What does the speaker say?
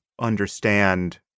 understand